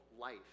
Life